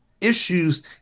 issues